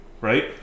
right